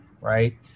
Right